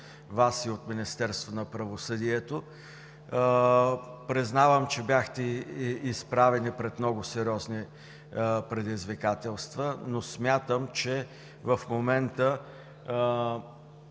от Вас и от Министерството на правосъдието. Признавам, че бяхте изправени пред много сериозни предизвикателства, но смятам, че в момента